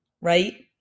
right